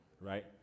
right